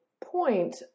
point